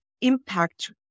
impact